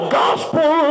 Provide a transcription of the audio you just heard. gospel